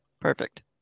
Perfect